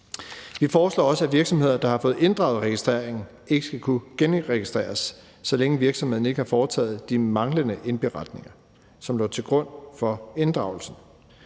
Vi foreslår også, at virksomheder, der har fået inddraget deres registrering, ikke skal kunne genregistreres, så længe virksomhederne ikke har foretaget de manglende indberetninger, som lå til grund for inddragelsen.